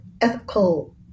ethical